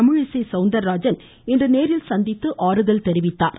தமிழிசை சௌந்தரராஜன் இன்று நேரில் சந்தித்து ஆறுதல் கூறினார்